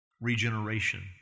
regeneration